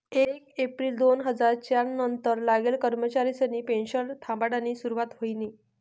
येक येप्रिल दोन हजार च्यार नंतर लागेल कर्मचारिसनी पेनशन थांबाडानी सुरुवात व्हयनी